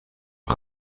een